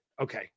Okay